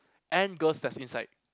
and girls that's inside